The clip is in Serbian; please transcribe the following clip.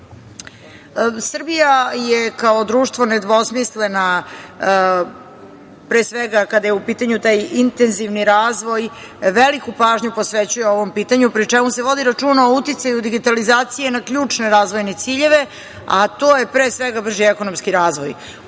je kao društvo nedvosmislena, pre svega kada je u pitanju taj intenzivni razvoj i veliku pažnju posvećuje ovom pitanju, pri čemu se vodi računa o uticaju digitalizacije na ključne razvojne ciljeva, a to je pre svega brži ekonomski razvoj,